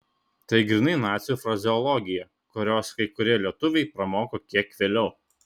tai grynai nacių frazeologija kurios kai kurie lietuviai pramoko kiek vėliau